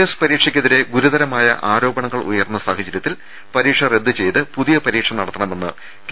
S പരീക്ഷയ്ക്കെതിരെ ഗുരുതരമായ ആരോപണങ്ങൾ ഉയർന്ന സാഹചര്യത്തിൽ പരീക്ഷ റദ്ദ് ചെയ്ത് പുതിയ പരീക്ഷ നടത്തണ മെന്ന് കെ